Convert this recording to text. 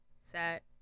set